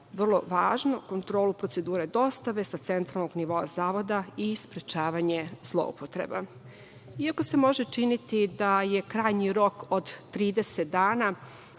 vrlo važno, kontrolu procedura dostave sa centralnog nivoa zavoda i sprečavanje zloupotreba.I ako se može činiti da je krajnji rok od 30 dana